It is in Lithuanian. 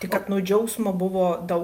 tai kad nu džiaugsmo buvo daug